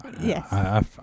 Yes